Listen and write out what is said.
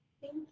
thank